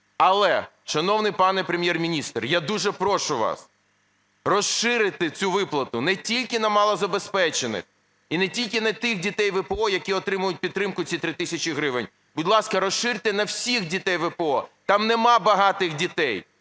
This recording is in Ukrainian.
Але, шановний пане Прем'єр-міністре, я дуже прошу вас розширити цю виплату не тільки на малозабезпечених і не тільки на тих дітей ВПО, які отримують підтримку ці 3 тисячі гривень, будь ласка, розширте на всіх дітей ВПО, там немає багатих дітей,